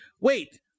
Wait